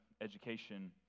education